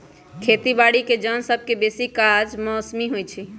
खेती बाड़ीके जन सभके बेशी काज मौसमी होइ छइ